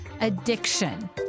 Addiction